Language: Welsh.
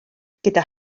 gyda